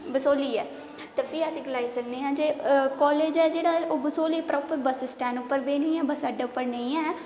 बसोहली ऐ ते भी अस गलाई सकने आं जे कॉलेज़ ऐ जेह्ड़ा बसोहली ओह् प्रॉपर बस्स स्टैंड बस्स अड्डे उप्पर नेईं ऐ